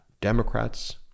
Democrats